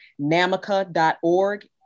namica.org